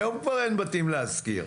היום כבר אין בתים להשכיר.